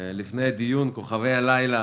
כוכבי הלילה